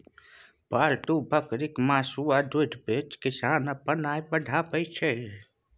पालतु बकरीक मासु आ दुधि बेचि किसान अपन आय बढ़ाबै छै